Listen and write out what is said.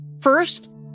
First